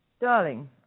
Darling